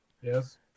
yes